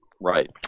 Right